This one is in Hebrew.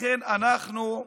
לכן אנחנו,